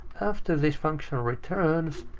after this function returns,